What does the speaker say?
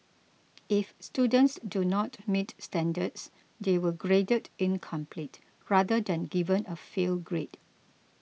if students do not meet standards they were graded incomplete rather than given a fail grade